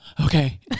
okay